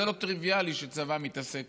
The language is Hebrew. וזה לא טריוויאלי שצבא מתעסק